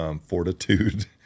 fortitude